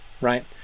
right